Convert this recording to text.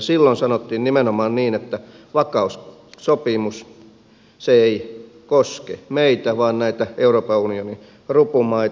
silloin sanottiin nimenomaan niin että vakaussopimus ei koske meitä vaan näitä euroopan unionin rupumaita